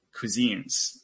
cuisines